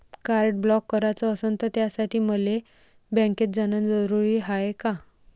Card block कराच असनं त त्यासाठी मले बँकेत जानं जरुरी हाय का?